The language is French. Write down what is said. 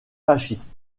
fascistes